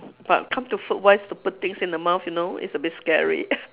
but come to food wise to put things in the mouth you know it's a bit scary